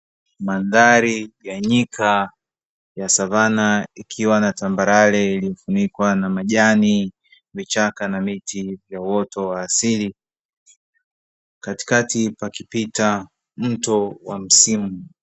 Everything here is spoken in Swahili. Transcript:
Mandhari ya nyika ya savana ikiwa na tambarare iliyofunikwa na majani, vichaka na miti ya uoto wa asili, katikati pakipita mto wa msimu.